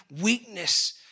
weakness